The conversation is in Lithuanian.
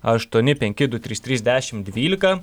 aštuoni penki du trys trys dešim dvylika